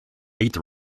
eighth